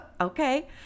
okay